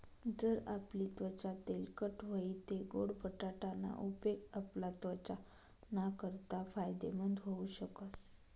जर आपली त्वचा तेलकट व्हयी तै गोड बटाटा ना उपेग आपला त्वचा नाकारता फायदेमंद व्हऊ शकस